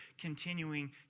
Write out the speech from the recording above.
continuing